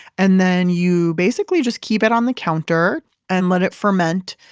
and then you basically just keep it on the counter and let it ferment.